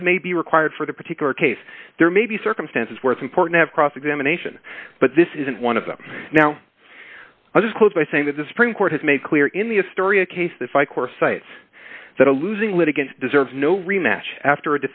as may be required for the particular case there may be circumstances where it's important have cross examination but this isn't one of them now i'll just close by saying that the supreme court has made clear in the a story a case if i cor cites that a losing litigants deserve no rematch after